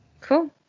Cool